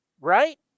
right